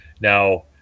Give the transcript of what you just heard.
Now